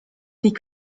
die